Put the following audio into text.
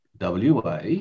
WA